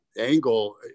Angle